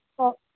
ఓ